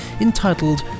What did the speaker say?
entitled